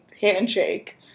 handshake